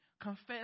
confess